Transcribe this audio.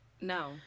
No